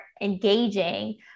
engaging